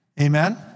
Amen